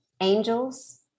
Angels